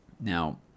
Now